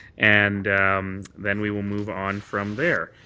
and um then we will move on from there.